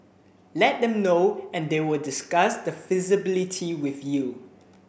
let them know and they will discuss the feasibility with you